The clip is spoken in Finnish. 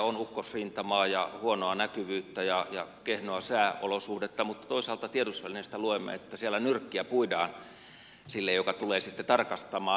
on ukkosrintamaa ja huonoa näkyvyyttä ja kehnoa sääolosuhdetta mutta toisaalta tiedotusvälineistä luemme että siellä nyrkkiä puidaan sille joka tulee tarkastamaan